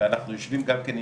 ואנחנו עם